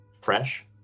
fresh